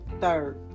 Third